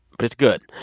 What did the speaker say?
but it's good.